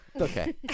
okay